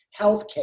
healthcare